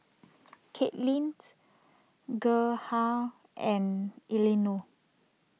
Kaelynt Gerhardt and Eleanore